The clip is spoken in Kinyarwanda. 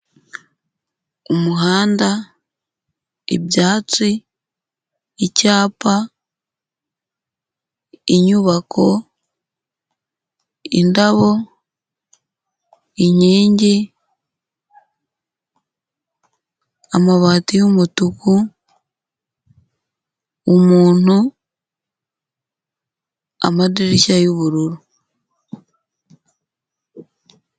Umuhanda, ibyatsi, icyapa, inyubako, indabo, inkingi, amabati y'umutuku, umuntu, amadirishya y'ubururu.